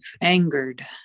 angered